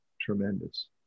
tremendous